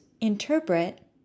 interpret